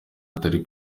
atari